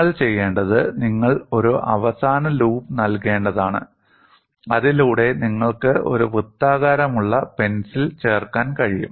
നിങ്ങൾ ചെയ്യേണ്ടത് നിങ്ങൾ ഒരു അവസാന ലൂപ്പ് നൽകേണ്ടതാണ് അതിലൂടെ നിങ്ങൾക്ക് ഒരു വൃത്താകാരമുള്ള പെൻസിൽ ചേർക്കാൻ കഴിയും